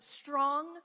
strong